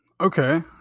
okay